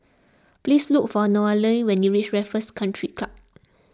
please look for Noelia when you reach Raffles Country Club